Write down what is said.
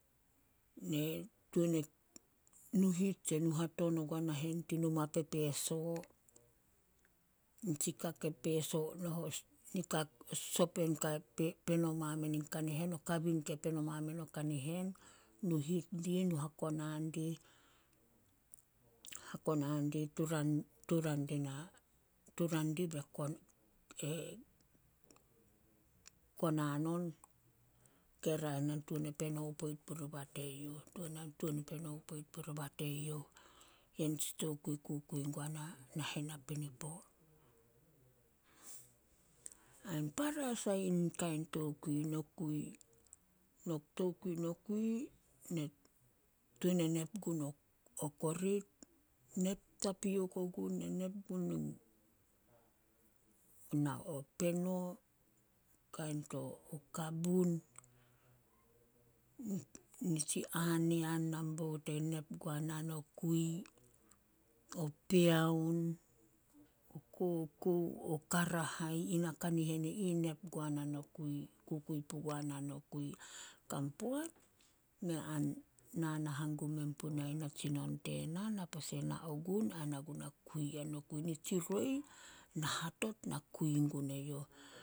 Ne tuan nuhit, tse nuhaton ogua nahen tin numa pepeso. Nitsi ka ke peso sopen kai peno mamen o kanihen, o kabin ke peno mamen o kanihen. Nuhit dih, nu hakonan dih- hakonan dih, turan- turan dina, turan dih konan on, ke raeh na tuan e peno poit puriba teyouh. Tuan na tuan e peno poit puriba teyouh. Ye nitsi tokui kukui guana nahen napinipo. Ain para sai in kain tokui nokui. Tokui nokui ne tuan e nep guno o korit, nep tapiok ogun, ne nep gun in o peno. Kain to, o kabun, nitsi anean nambout e nep guana nokui, o peaon, o kokou, o karahai. Yina kanihen i ih nep guana nokui, kukui pugua na nokui. Kan poat mei an nana hangum men puna natsinon tena, na pose na o gun ai na guna kui nokui. Nitsi roi, na hatot na kui gun eyouh.